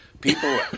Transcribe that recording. people